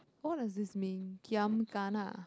what does this mean giam kana